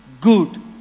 good